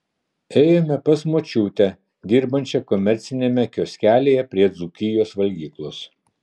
ėjome pas savo močiutę dirbančią komerciniame kioskelyje prie dzūkijos valgyklos